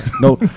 No